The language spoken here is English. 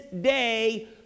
day